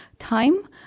Time